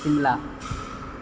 Shimla